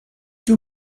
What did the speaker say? two